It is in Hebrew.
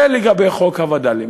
זה לגבי חוק הווד"לים.